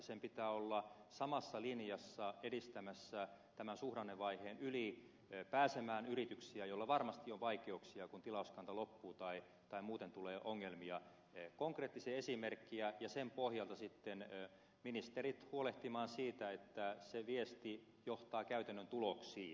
sen pitää olla samassa linjassa edistämässä pääsemään tämän suhdannevaiheen yli yrityksiä joilla varmasti on vaikeuksia kun tilauskanta loppuu tai muuten tulee ongelmia konkreettisia esimerkkejä ja sen pohjalta sitten ministerit huolehtimaan siitä että se viesti johtaa käytännön tuloksiin